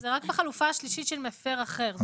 זאת רק החלופה השלישית של מפר אחר.